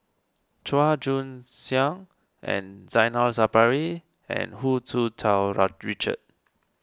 Chua Joon Siang and Zainal Sapari and Hu Tsu Tau Richard